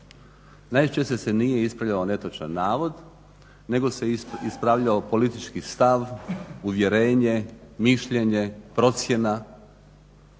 Najčešće se nije ispravljao netočan navod nego se ispravljao politički stav, uvjerenje, mišljenje, procjena